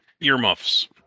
earmuffs